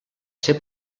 ser